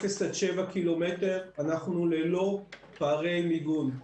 0 7 קילומטרים, אנחנו ללא פערי מיגון.